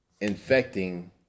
infecting